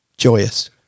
joyous